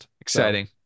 exciting